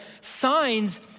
Signs